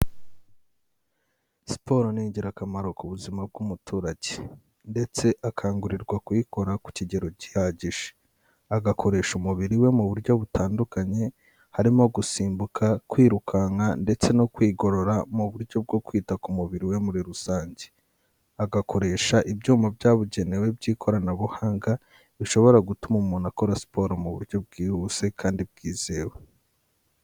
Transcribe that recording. Siporo ni ingirakamaro ku buzima bw'umuturage ndetse akangurirwa kuyikora ku kigero gihagije. Agakoresha umubiri we mu buryo butandukanye harimo gusimbuka, kwirukanka ndetse no kwigorora mu buryo bwo kwita ku mubiri we muri rusange. Agakoresha ibyuma byabugenewe by'ikoranabuhanga bishobora gutuma umuntu akora siporo mu buryo bwihuse kandi bwizewe.